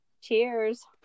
Cheers